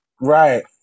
right